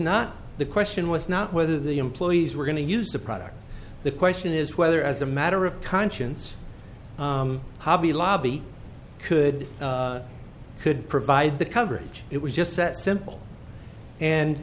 not the question was not whether the employees were going to use the product the question is whether as a matter of conscience hobby lobby could could provide the coverage it was just that simple and